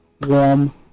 warm